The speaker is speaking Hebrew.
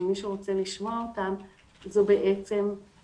כי מי שרוצה לשמוע אותם זו החברה,